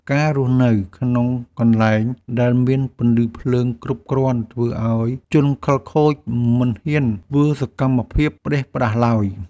ការរស់នៅក្នុងកន្លែងដែលមានពន្លឺភ្លើងគ្រប់គ្រាន់ធ្វើឱ្យជនខិលខូចមិនហ៊ានធ្វើសកម្មភាពផ្តេសផ្តាសឡើយ។